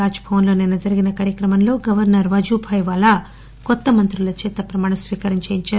రాజ్ భవన్ లో నిన్న జరిగిన ఒక కార్యక్రమంలో గవర్నర్ వాజుభాయ్ వాలా కొత్త మంత్రుల చేత ప్రమాణస్వీకారం చేయించారు